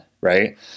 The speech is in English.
right